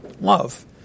Love